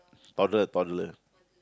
toddler toddler